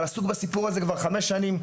אבל אני עסוק בסיפור הזה כבר חמש שנים,